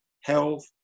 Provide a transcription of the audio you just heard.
health